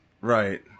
Right